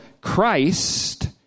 Christ